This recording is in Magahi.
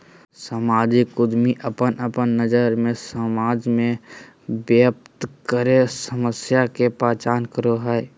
सामाजिक उद्यमी अपन अपन नज़र से समाज में व्याप्त कोय समस्या के पहचान करो हइ